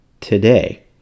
today